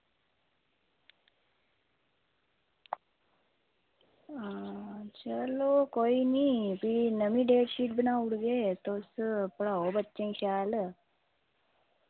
चलो कोई निं भी में बी डेटशीट बनाई ओड़दी तुस पढ़ाओ बच्चें गी शैल